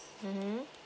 mmhmm